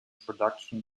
production